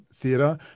theater